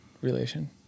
relation